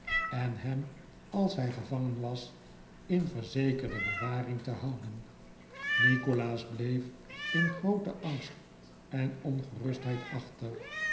en hem als hij gevangen was in verzekerde bewaring te houden nikolaas bleef in grooten angst en ongerustheid achter